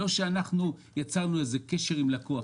לא שאנחנו יצרנו איזה קשר עם לקוח.